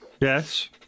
yes